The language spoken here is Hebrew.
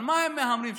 על מה הם מהמרים?